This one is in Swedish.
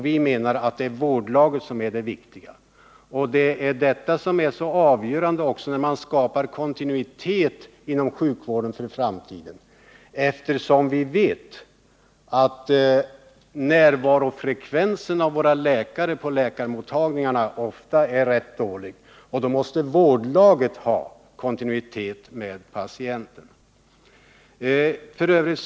Vi menar att det är vårdlaget som är det viktiga. Det är detta som är så avgörande när man för framtiden skapar kontinuitet inom sjukvården. Eftersom vi vet att läkarnas närvarofrekvens på läkarmottagningarna ofta är låg måste vårdlaget svara för kontinuiteten i kontakterna med patienten.